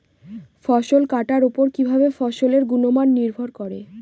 ফসল কাটার উপর কিভাবে ফসলের গুণমান নির্ভর করে?